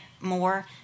more